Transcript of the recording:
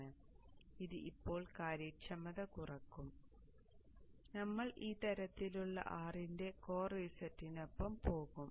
അതിനാൽ ഇത് ഇപ്പോൾ കാര്യക്ഷമത കുറയ്ക്കും നമ്മൾ ഈ തരത്തിലുള്ള R ന്റെ കോർ റീസെറ്റിനൊപ്പം പോകും